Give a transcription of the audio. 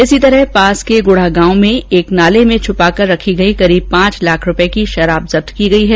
इसी तरह पास के गुढा गांव में एक नाले में छुपा कर रखी गई करीब पांच लाख की शराब जब्त की गई है